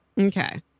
Okay